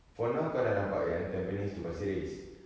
for now kau dah nampak yang tampines to pasir ris